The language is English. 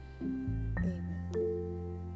amen